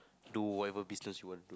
do whatever business you want